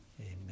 Amen